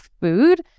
food